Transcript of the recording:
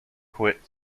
quit